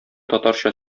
татарча